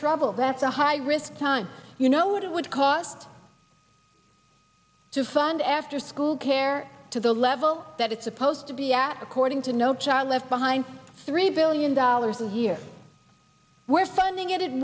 trouble that's a high risk time you know what it would cost to fund after school care to the level that it's supposed to be at according to no child left behind three billion dollars a year we're funding it